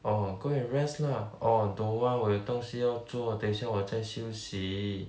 orh go and rest lah orh don't want 我有东西要做等一下我再休息